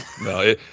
no